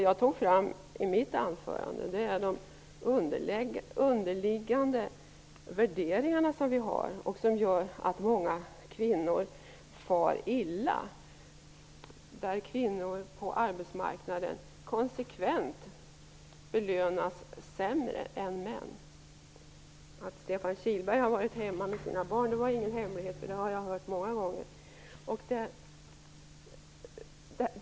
Jag talade i mitt anförande om de underliggande värderingar som vi har och som gör att många kvinnor far illa. Kvinnor på arbetsmarknaden belönas konsekvent sämre än män. Att Stefan Kihlberg har varit hemma med sina barn var ingen hemlighet. Det har jag hört många gånger.